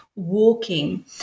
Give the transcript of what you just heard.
Walking